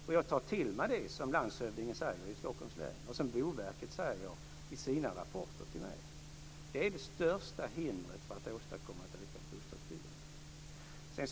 Och jag tar till mig det som landshövdingen i Stockholms län säger och som Boverket säger i sina rapporter till mig, att det är det största hindret för att åstadkomma ett ökat bostadsbyggande.